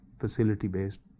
facility-based